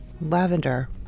Lavender